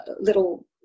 little